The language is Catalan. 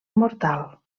mortal